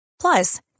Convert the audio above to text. Plus